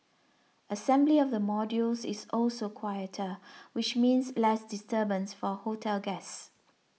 assembly of the modules is also quieter which means less disturbance for hotel guests